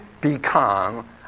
become